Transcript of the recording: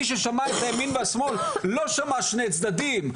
מי ששמע את הימין והשמאל, לא שמע שני צדדים.